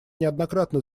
неоднократно